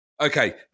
Okay